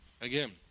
Again